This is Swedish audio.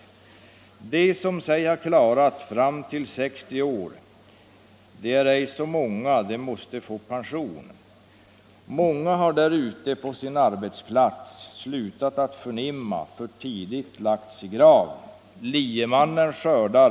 De som sig har klarat de äro ej så många på sin arbetsplats för tidigt lagts i grav/Liemannen skördar .